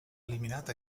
eliminat